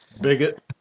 Bigot